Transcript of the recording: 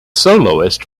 soloist